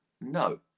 No